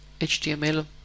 HTML